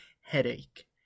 headache